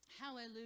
Hallelujah